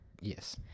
yes